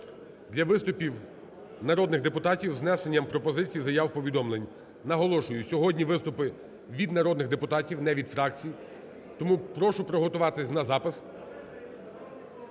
для виступів народних депутатів з внесенням пропозицій, заяв, повідомлень. Наголошую, сьогодні виступи від народних депутатів, не від фракцій, тому прошу приготуватись на запис.